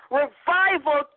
revival